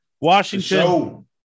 Washington